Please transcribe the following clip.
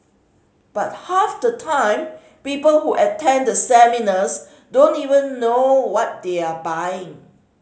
but half the time people who attend the seminars don't even know what they are buying